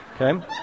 Okay